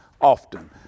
Often